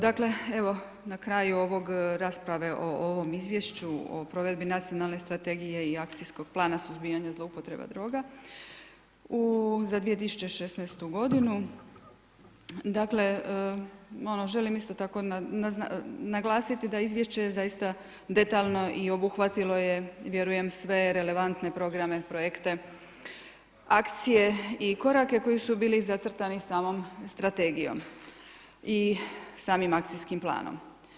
Dakle evo na kraju ove rasprave o ovom izvješću o provedbi Nacionalne strategije i Akcijskog plana suzbijanja zloupotreba droga za 2016. godinu, dakle ono želim isto tako naglasiti da izvješće zaista je detaljno i obuhvatilo je vjerujem sve relevantne programe, projekte, akcije i korake koji su bili zacrtani samom strategijom i samim akcijskim planom.